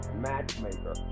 matchmaker